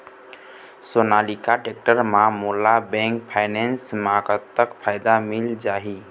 Sonalika tractor म मोला bank finance म कतक फायदा मिल जाही?